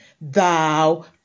thou